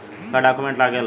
का डॉक्यूमेंट लागेला?